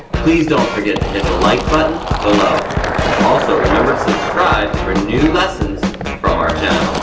please don't forget to hit the like button below also remember to subscribe for new lessons from our channel.